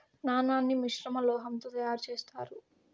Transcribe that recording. నాణాన్ని మిశ్రమ లోహం తో తయారు చేత్తారు